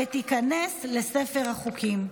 ותיכנס לספר החוקים.